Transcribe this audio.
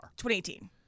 2018